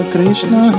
Krishna